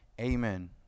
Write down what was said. Amen